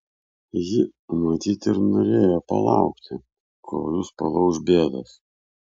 ji matyt ir norėjo palaukti kol jus palauš bėdos